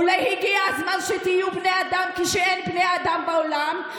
אולי הגיע הזמן שתהיו בני אדם כשאין בני אדם בעולם.